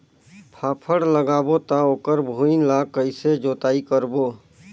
फाफण लगाबो ता ओकर भुईं ला कइसे जोताई करबो?